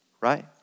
right